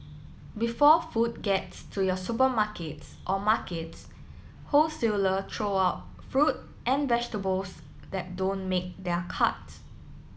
before food gets to your supermarkets or markets wholesaler throw out fruit and vegetables that don't make their cut